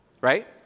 right